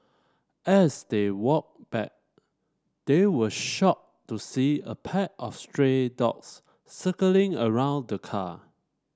as they walked back they were shocked to see a pack of stray dogs circling around the car